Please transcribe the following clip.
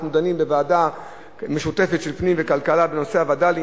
אנחנו דנים בוועדה משותפת של פנים וכלכלה בנושא הווד"לים,